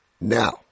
Now